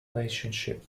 relationship